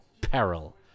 peril